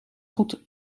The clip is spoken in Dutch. goed